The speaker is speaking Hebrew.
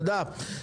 תודה.